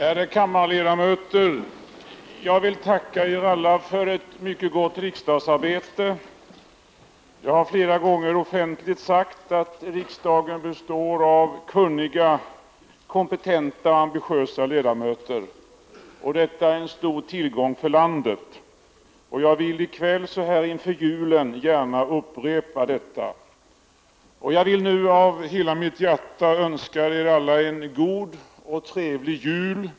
Ärade kammarledamöter! Jag vill tacka er alla för ett mycket gott riksdagsarbete. Jag har flera gånger offentligt sagt att riksdagen består av kunniga, kompetenta och ambitiösa ledamöter. Detta är en stor tillgång för landet. Jag vill i kväll så här inför julen gärna upprepa detta. Jag vill av hela mitt hjärta önska er alla en god och trevlig jul.